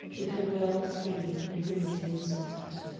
with her world screaming and grimacing insult at her.